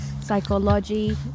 Psychology